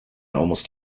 almost